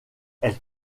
elle